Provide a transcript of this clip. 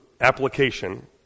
application